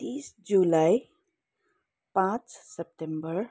तिस जुलाई पाँच सेप्टेम्बर